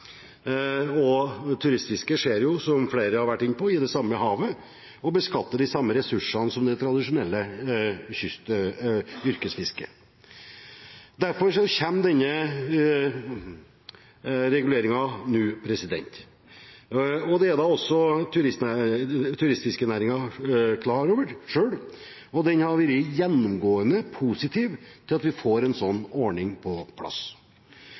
– turistfiske skjer jo i det samme havet og beskatter de samme ressursene som det tradisjonelle yrkesfisket. Derfor kommer denne reguleringen nå. Dette er også turistfiskenæringen selv klar over, og den har vært gjennomgående positiv til at vi får en sånn ordning på plass.